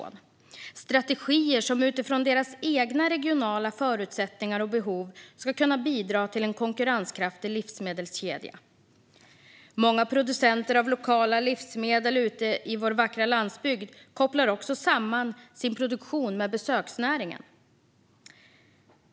Det är strategier som utifrån egna regionala förutsättningar och behov ska kunna bidra till en konkurrenskraftig livsmedelskedja. Många producenter av lokala livsmedel ute i vår vackra landsbygd kopplar också samman sin produktion med besöksnäring.